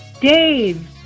Dave